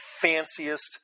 fanciest